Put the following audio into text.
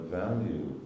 value